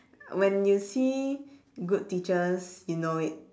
when you see good teachers you know it